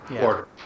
order